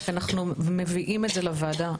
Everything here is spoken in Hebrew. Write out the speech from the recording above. אנחנו מביאים את זה לוועדה.